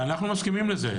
אנחנו מסכימים לזה.